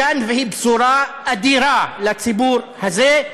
ולכן היא בשורה אדירה לציבור הזה.